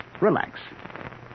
Relax